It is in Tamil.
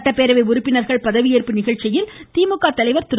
சட்டப்பேரவை உறுப்பினர்கள் பதவியேற்பு நிகழ்ச்சியில் திமுக தலைவர் திரு